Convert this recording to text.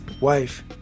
wife